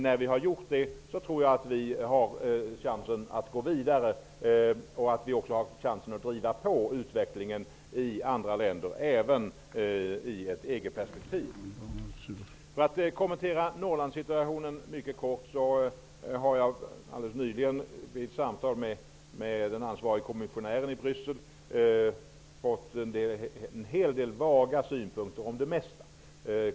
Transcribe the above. När vi har gjort det tror jag att vi har chansen att gå vidare och att vi också har chansen att driva på utvecklingen i andra länder, även i ett EG-perspektiv. För att mycket kort kommentera Norrlandssituationen vill jag säga att jag alldeles nyligen vid ett samtal med den ansvarige kommissionären i Bryssel har fått en hel del vaga synpunkter på det mesta.